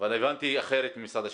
הבנתי אחרת ממשרד השיכון.